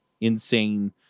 insane